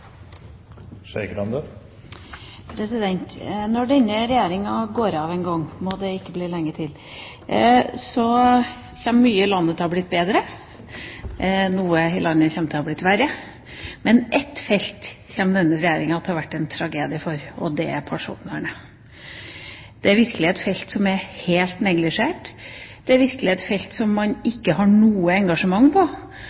alle. Når denne regjeringa går av en gang – må det ikke bli lenge til – kommer mye i landet til å ha blitt bedre, noe kommer til å ha blitt verre, men på ett felt kommer denne regjeringa til å ha vært en tragedie, og det er personvernet. Det er virkelig et felt som er helt neglisjert, det er virkelig et felt som